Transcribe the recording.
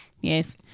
Yes